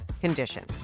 condition